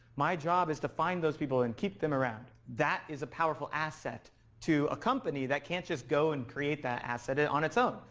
my job is to find those people and keep them around, that is a powerful asset to a company that can't just go and create that asset on its own.